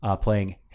playing